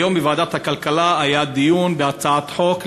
היום בוועדת הכלכלה היה דיון בהצעת חוק,